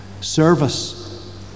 Service